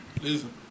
Listen